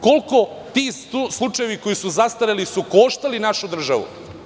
Koliko su ti slučajevi koji su zastareli koštali našu državu?